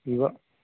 ಇವ